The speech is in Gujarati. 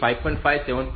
5 અને 7